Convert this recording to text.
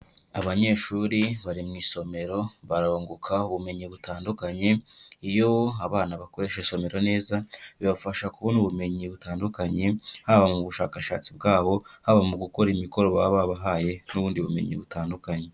Abanyeshuri bari mu isomero barunguka ubumenyi butandukanye. Iyo abana bakoresha isomero neza bibafasha kubona ubumenyi butandukanye haba mu bushakashatsi bwabo, haba mu gukora imikoro baba babahaye, n'ubundi bumenyi butandukanye.